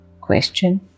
Question